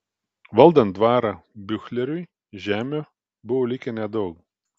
valdant dvarą biuchleriui žemių buvo likę nedaug